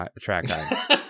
track